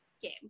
game